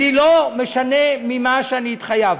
אני לא משנה ממה שאני התחייבתי.